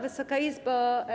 Wysoka Izbo!